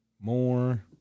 more